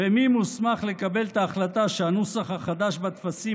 ומי מוסמך לקבל את ההחלטה שהנוסח החדש בטפסים,